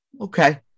okay